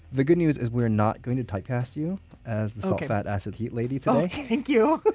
the good news is we're not going to typecast you as the salt, fat, acid, heat lady today oh, thank you.